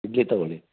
ಇಡ್ಲಿ ತಗೊಳ್ಳಿ